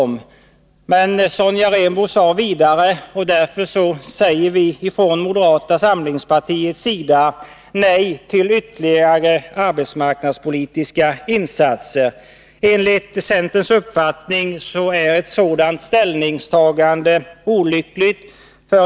Men hon sade vidare att man därför från moderata samlingspartiets sida säger nej till ytterligare arbetsmarknadspolitiska insatser. Enligt centerns uppfattning är ett sådant ställningstagande olyckligt.